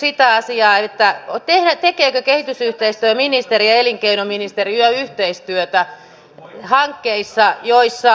sitten olisin kysynyt sitä asiaa tekevätkö kehitysyhteistyöministeriö ja elinkeinoministeriö yhteistyötä hankkeissa joissa